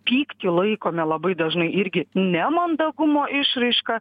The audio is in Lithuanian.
pyktį laikome labai dažnai irgi nemandagumo išraiška